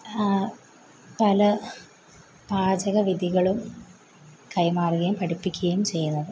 പല പാചക വിധികളും കൈമാറുകയും പഠിപ്പിക്കുകയും ചെയ്യുന്നത്